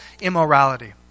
immorality